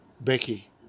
Becky